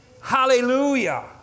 Hallelujah